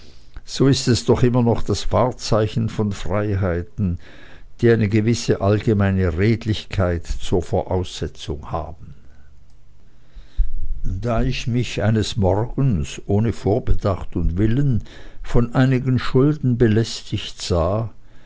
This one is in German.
so ist es doch immer noch das wahrzeichen von freiheiten die eine gewisse allgemeine redlichkeit zur voraussetzung haben da ich mich eines morgens ohne vorbedacht und willen von einigen schulden belästigt sah